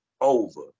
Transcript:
over